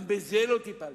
גם בזה לא טיפלתם.